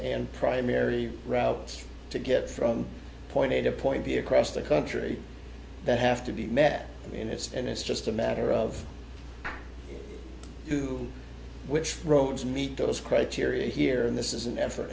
and primary routes to get from point a to point b across the country that have to be met and it's and it's just a matter of who which roads meet those criteria here and this is an effort